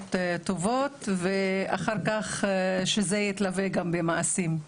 כוונות טובות, ואחר כך שזה יתלווה גם במעשים.